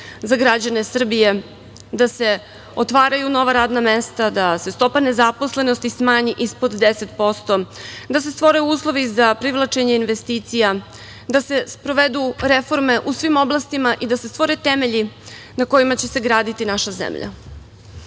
za građane Srbije, da se otvaraju nova radna mesta, da se stopa nezaposlenosti smanji ispod 10%, da se stope uslovi za privlačenje investicija, da se sprovedu reforme u svim oblastima i da se stvore temelji na kojima će se graditi naša zemlja. Ono